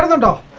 and